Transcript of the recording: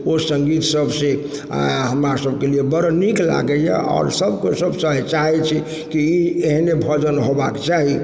ओ सङ्गीत सभसँ आइ हमरा सभके लिए बड़ नीक लागैए आओर सबके सब चाहै छी कि एहन भजन होबाक चाही